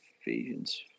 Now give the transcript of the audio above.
Ephesians